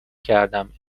کردماسم